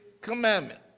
commandment